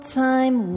time